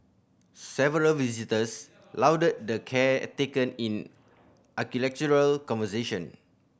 several visitors lauded the care taken in conversation